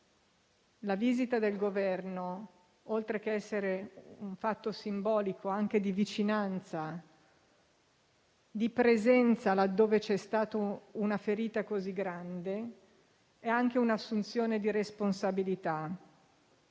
La visita del Governo, oltre ad essere un fatto simbolico anche di vicinanza e di presenza laddove c'è stata una ferita così grande, è anche un'assunzione di responsabilità.